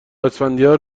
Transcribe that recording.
اسفندیار